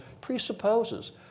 presupposes